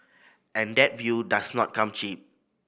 and that view does not come cheap